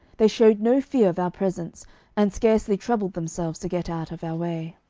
they showed no fear of our presence and scarcely troubled themselves to get out of our way.